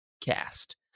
cast